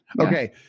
Okay